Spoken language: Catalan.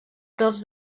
brots